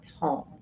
home